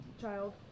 child